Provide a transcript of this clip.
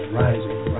rising